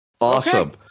awesome